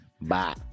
Bye